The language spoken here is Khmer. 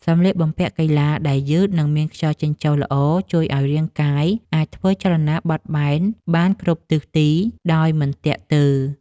សម្លៀកបំពាក់កីឡាដែលយឺត និងមានខ្យល់ចេញចូលល្អ ជួយឱ្យរាងកាយអាចធ្វើចលនាបត់បែនបានគ្រប់ទិសទីដោយមិនទាក់ទើ។